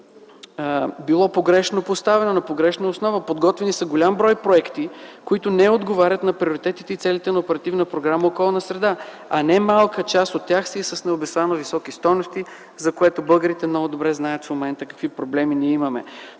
било погрешно поставено, на погрешна основа – подготвени са голям брой проекти, които не отговарят на приоритетите и целите на оперативна програма „Околна среда”, а не малка част от тях са и с необосновано високи стойности, за което българите много добре знаят в момента какви проблеми ние имаме.